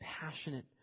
passionate